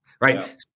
Right